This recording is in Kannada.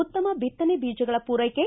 ಉತ್ತಮ ಬಿತ್ತನೆ ಬೀಜಗಳ ಪೂರೈಕೆ